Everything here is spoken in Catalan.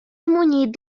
munyit